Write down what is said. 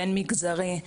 בין-מגזרי.